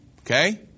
okay